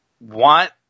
want